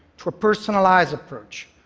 to a personalized approach,